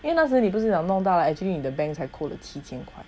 因为那时你不是要弄到了 actually 你的 bank 才七千块